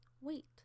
Wait